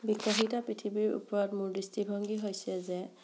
বিকাশিত পৃথিৱীৰ ওপৰত মোৰ দৃষ্টিভংগী হৈছে যে